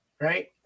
Right